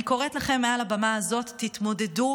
אני קוראת לכן מעל הבמה הזאת: תתמודדו,